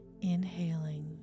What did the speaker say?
Inhaling